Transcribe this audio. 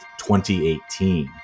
2018